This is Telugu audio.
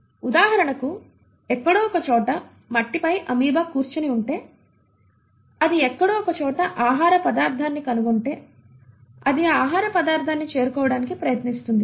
ఉదాహరణకు ఎక్కడో ఒకచోట మట్టిపై అమీబా కూర్చొని ఉంటే అది ఎక్కడో ఒకచోట ఆహారపదార్థాన్ని కనుగొంటే అది ఆ ఆహారపదార్థాన్ని చేరుకోవడానికి ప్రయత్నిస్తుంది